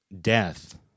death